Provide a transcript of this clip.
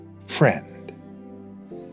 friend